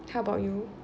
how about you